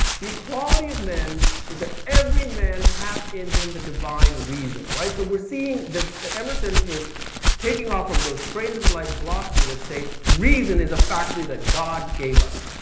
the equality of men is that everyman hath in him the divine reason. all right. so we're seeing that emerson is taking off from those strains of enlightened philosophy that say reason is a faculty that god gave us.